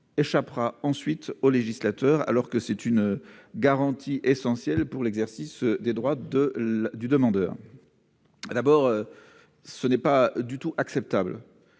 échappera ensuite au législateur, alors qu'il s'agit d'une garantie essentielle pour l'exercice des droits du demandeur. Il n'est pas du tout acceptable